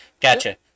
Gotcha